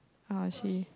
how was she